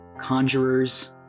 conjurers